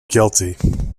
guilty